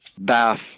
bath